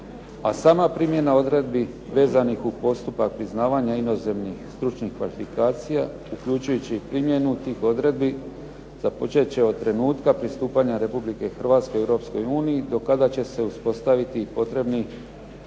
a sama primjena odredbi vezanih u postupak priznavanja inozemnih stručnih kvalifikacija uključujući i primjenu tih odredbi započet će od trenutka pristupanja Republike Hrvatske Europskoj uniji, do kada će se uspostaviti i potrebni